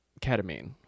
ketamine